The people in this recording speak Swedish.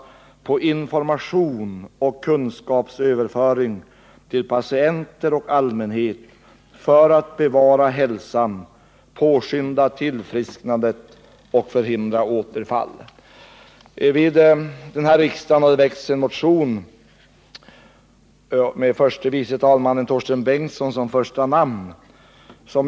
Hälsooch sjukvården måste mer än nu satsa på information och kunskapsöverföring till patienter och allmänhet för att bevara hälsan, påskynda tillfrisknande och förhindra återfall.” Vid den här riksdagen har väckts en motion med förste vice talmannen Torsten Bengtson som första namn.